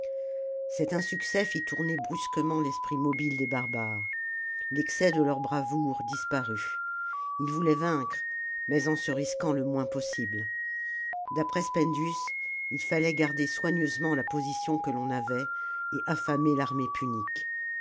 cet insuccès fit tourner brusquement l'esprit mobile des barbares l'excès de leur bravoure disparut ils voulaient vaincre mais en se risquant le moins possible d'après spendius il fallait garder soigneusement la position que l'on avait et affamer l'armée punique